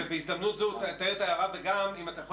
בהזדמנות זו שאתה מעיר את ההערה גם אם אתה יכול